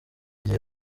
gihe